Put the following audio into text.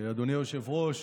אדוני היושב-ראש,